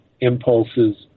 impulses